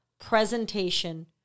presentation